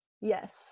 Yes